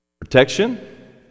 protection